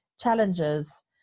challenges